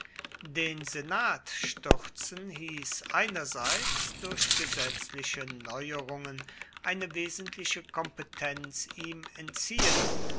den senat stürzen hieß einerseits durch gesetzliche neuerungen eine wesentliche kompetenz ihm entziehen